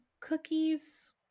Cookies